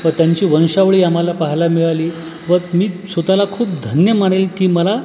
व त्यांची वंशावळी आम्हाला पाहायला मिळाली व मी स्वतःला खूप धन्य मानेल की मला